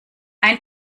ein